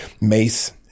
Mace